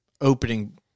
opening